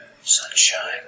Sunshine